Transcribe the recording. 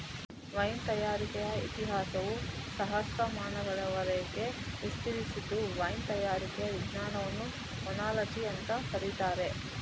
wine ತಯಾರಿಕೆಯ ಇತಿಹಾಸವು ಸಹಸ್ರಮಾನಗಳವರೆಗೆ ವಿಸ್ತರಿಸಿದ್ದು ವೈನ್ ತಯಾರಿಕೆಯ ವಿಜ್ಞಾನವನ್ನ ಓನಾಲಜಿ ಅಂತ ಕರೀತಾರೆ